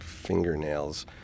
fingernails